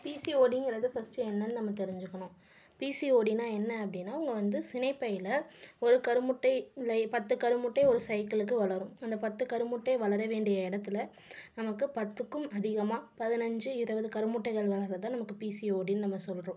பிசிஓடிங்கிறது first என்னனு நம்ம தெரிஞ்சுக்கணும் பிசிஓடினா என்ன அப்படீன்னா நம்ம வந்து சினைப்பையில் ஒரு கருமுட்டை இல்லை பத்து கருமுட்டை ஒரு சைக்கிளுக்கு வளரும் அந்த பத்து கருமுட்டை வளர வேண்டிய இடத்துல நமக்கு பத்துக்கும் அதிகமாக பதினைஞ்சி இருபது கருமுட்டைகள் வளர்றதுதான் நமக்கு பிசிஓடின்னு நம்ம சொல்கிறோம்